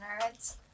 nerds